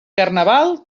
carnaval